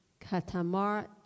katamar